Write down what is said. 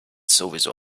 sowieso